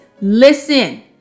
Listen